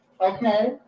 Okay